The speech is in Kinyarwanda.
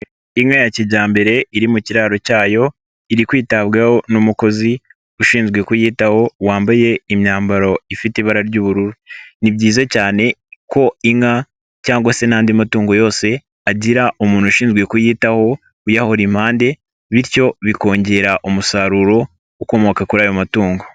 Inka ya kijyambere iri mu kiraro cyayo iri kwitabwaho n'umukozi ushinzwe kuyitaho wambaye imyambaro ifite ibara ry'ubururu. Ni byiza cyane ko inka cyangwa se n'andi matungo yose agira umuntu ushinzwe kuyitaho uyahura impande bityo bikongera umusaruro ukomoka kuri ayo matungo.